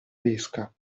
pesca